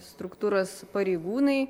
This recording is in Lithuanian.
struktūros pareigūnai